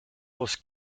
was